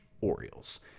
Orioles